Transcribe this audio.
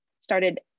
started